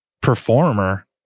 performer